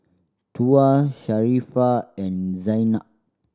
Tuah Sharifah and Zaynab